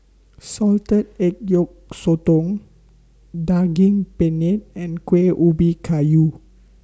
Salted Egg Yolk Sotong Daging Penyet and Kueh Ubi Kayu